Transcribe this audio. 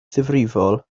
ddifrifol